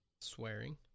Swearing